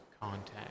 contact